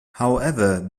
however